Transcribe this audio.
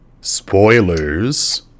spoilers